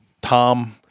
Tom